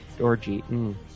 orgy